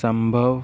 ਸੰਭਵ